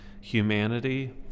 humanity